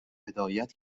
هدایت